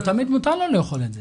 לא תמיד מותר לו לאכול את זה.